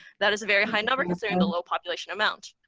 that is a very high number considering the low population amount.